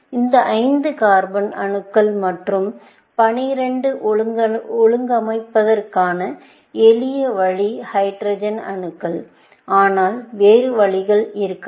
இந்த 5 கார்பன் அணுக்கள் மற்றும் 12 ஐ ஒழுங்கமைப்பதற்கான எளிய வழி ஹைட்ரஜன் அணுக்கள் ஆனால் வேறு வழிகள் இருக்கலாம்